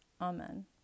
Amen